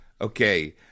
Okay